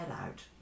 out